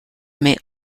may